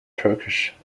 turkish